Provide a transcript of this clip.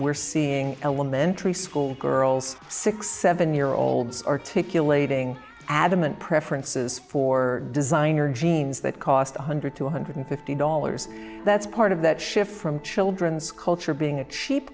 we're seeing elementary school girls six seven year olds articulating adamant preferences for designer jeans that cost one hundred to one hundred fifty dollars that's part of that shift from children's culture being a cheap